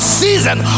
season